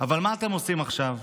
אבל מה אתם עושים עכשיו?